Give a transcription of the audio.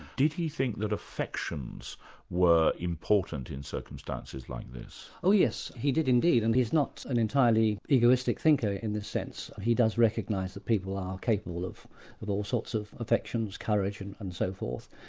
did he think that affections were important in circumstances like this? oh yes, he did indeed, and he's not an entirely egoistic thinker in this sense. he does recognise that people are capable of of all sorts of affections, courage and and so forth,